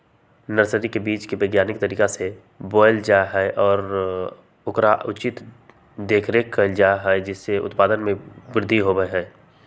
nursery में बीज के वैज्ञानिक तरीका से बोयल जा हई और ओकर उचित देखरेख कइल जा हई जिससे उत्पादन में वृद्धि होबा हई